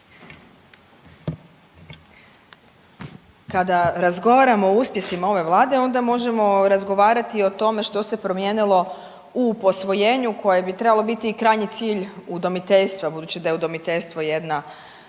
Kada razgovaramo o uspjesima ove vlade onda možemo razgovarati o tome što se promijenilo u posvojenju koje bi trebalo biti i krajnji cilj udomiteljstva budući da je udomiteljstvo jedna